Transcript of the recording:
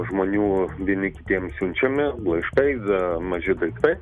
žmonių vieni kitiem siunčiami laiškai a maži daiktai